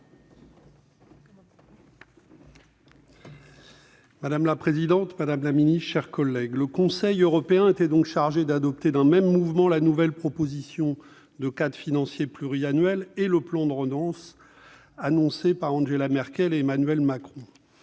Madame la présidente, madame la secrétaire d'État, mes chers collègues, le Conseil européen était chargé d'adopter d'un même mouvement la nouvelle proposition de cadre financier pluriannuel et le plan de relance annoncé par Angela Merkel et Emmanuel Macron.